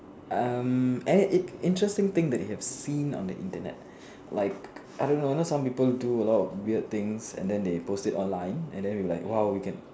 um interesting thing that you have seen on the Internet like I don't know you know some people do weird things and then they post it online and you're like !wow!